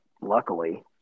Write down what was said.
luckily